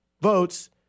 votes